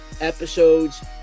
episodes